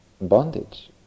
bondage